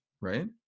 right